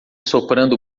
soprando